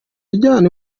ajyana